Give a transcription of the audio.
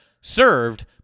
served